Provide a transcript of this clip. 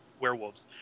werewolves